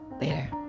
Later